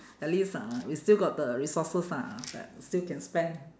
at least ah we still got the resources ah but still can spend